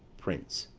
prince.